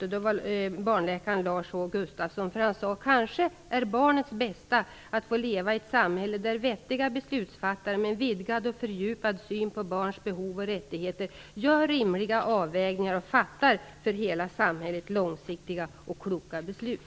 Han skrev: Kanske är barnets bästa att få leva i ett samhälle där vettiga beslutsfattare med en vidgad och fördjupad syn på barns behov och rättigheter gör rimliga avvägningar och fattar för hela samhället långsiktiga och kloka beslut.